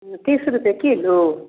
तीस रुपैए किलो